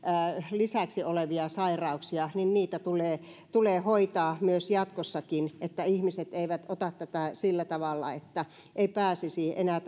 lisäksi olevia sairauksia tulee tulee hoitaa jatkossakin että ihmiset eivät ota tätä sillä tavalla että ei pääsisi enää